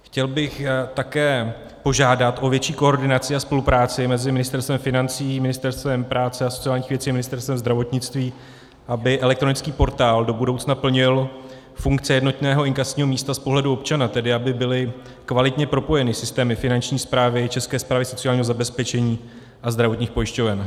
Chtěl bych také požádat o větší koordinaci a spolupráci mezi Ministerstvem financí, Ministerstvem práce a sociálních věcí, Ministerstvem zdravotnictví, aby elektronický portál do budoucna plnil funkce jednotného inkasního místa z pohledu občana, tedy aby byly kvalitně propojeny systémy Finanční správy, České správy sociálního zabezpečení a zdravotních pojišťoven.